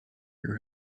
your